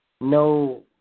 No